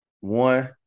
One